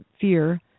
fear